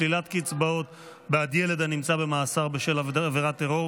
שלילת קצבאות בעד ילד הנמצא במאסר בשל עבירת טרור),